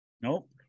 Nope